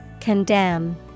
Condemn